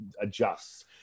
adjusts